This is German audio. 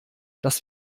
dass